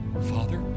Father